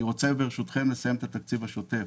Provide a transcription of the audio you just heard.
אני רוצה ברשותכם לסיים להציג את התקציב השוטף.